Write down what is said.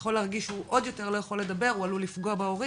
יכול להרגיש שהוא עוד יותר לא יכול לדבר כי הוא עלול לפגוע בהורים,